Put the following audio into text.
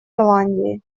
ирландии